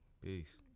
peace